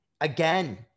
again